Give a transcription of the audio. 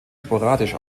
sporadisch